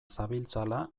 zabiltzala